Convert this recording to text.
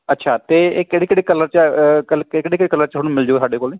ਅੱਛਾ ਅਤੇ ਇਹ ਕਿਹੜੇ ਕਿਹੜੇ ਕਲਰ 'ਚ ਹੈ ਕਲ ਕਿਹੜੇ ਕਿਹੜੇ ਕਲਰ 'ਚ ਹੁਣ ਮਿਲਜੂਗਾ ਸਾਡੇ ਕੋਲ